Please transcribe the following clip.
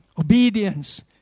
Obedience